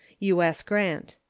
u s. grant.